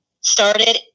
started